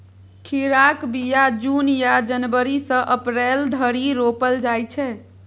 खीराक बीया जुन या जनबरी सँ अप्रैल धरि रोपल जाइ छै